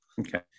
Okay